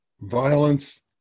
violence